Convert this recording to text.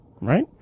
right